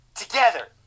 together